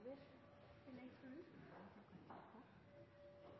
mener nok at